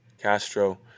Castro